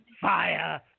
Fire